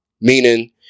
Meaning